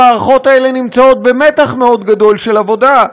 המערכות האלה נמצאות במתח מאוד גדול של עבודה,